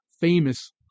famous